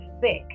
thick